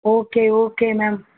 okay okay ma'am